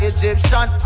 Egyptian